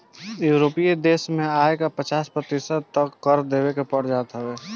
यूरोपीय देस में आय के पचास प्रतिशत तअ कर देवे के पड़ जात हवे